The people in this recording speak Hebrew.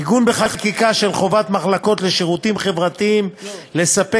עיגון בחקיקה של חובת מחלקות לשירותים חברתיים לספק